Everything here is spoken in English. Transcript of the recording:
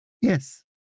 Yes